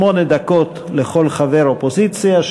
שמונה דקות לכל חבר אופוזיציה,